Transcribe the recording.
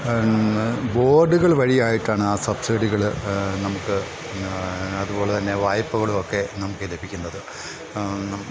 ബോഡുകൾ വഴിയായിട്ടാണ് ആ സബ്സിഡികൾ നമുക്ക് അതുപോലെ തന്നെ വായ്പകളും ഒക്കെ നമുക്ക് ലഭിക്കുന്നത്